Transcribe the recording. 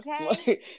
okay